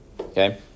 Okay